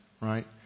right